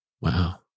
Wow